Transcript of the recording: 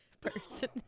person